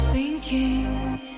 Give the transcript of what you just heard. Sinking